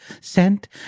Sent